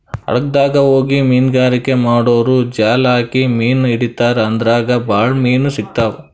ಹಡಗ್ದಾಗ್ ಹೋಗಿ ಮೀನ್ಗಾರಿಕೆ ಮಾಡೂರು ಜಾಲ್ ಹಾಕಿ ಮೀನ್ ಹಿಡಿತಾರ್ ಅದ್ರಾಗ್ ಭಾಳ್ ಮೀನ್ ಸಿಗ್ತಾವ್